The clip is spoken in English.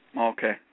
Okay